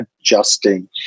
adjusting